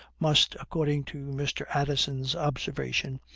must, according to mr. addison's observation,